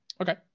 okay